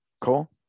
Cool